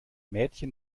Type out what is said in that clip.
mädchen